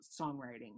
songwriting